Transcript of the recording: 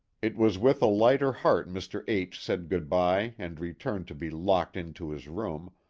it was with a lighter heart mr. h said good-by and returned to be locked into his room,